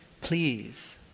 please